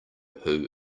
who